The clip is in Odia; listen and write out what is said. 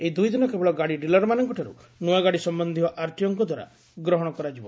ଏହି ଦୁଇଦିନ କେବଳ ଗାଡ଼ି ଡିଲରମାନଙ୍କଠାରୁ ନୂଆଗାଡ଼ି ସମ୍ମନ୍ଧୀୟ ଆର୍ଟିଓଙ୍କ ଦ୍ୱାରା ଗ୍ରହଶ କରାଯିବ